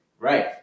Right